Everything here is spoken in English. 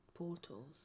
Portals